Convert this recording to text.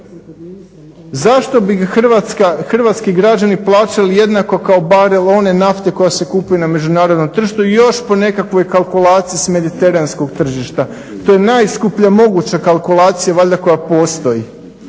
zašto bi hrvatski građani plaćali jednako kao barel one nafte koja se kupuje na međunarodnom tržištu i još po nekakvoj kalkulaciji s mediteranskog tržišta. To je najskuplja moguća kalkulacija valjda koja postoji,